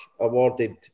awarded